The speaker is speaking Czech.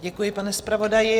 Děkuji, pane zpravodaji.